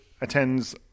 attends